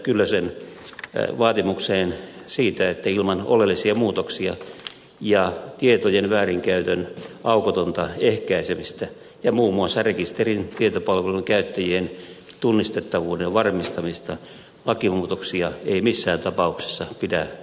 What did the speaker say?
kyllösen vaatimukseen täällä siitä että ilman oleellisia muutoksia ja tietojen väärinkäytön aukotonta ehkäisemistä ja muun muassa rekisterin tietopalvelun käyttäjien tunnistettavuuden varmistamista lakimuutoksia ei missään tapauksessa pidä hyväksyä